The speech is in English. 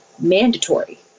mandatory